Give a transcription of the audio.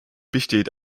besteht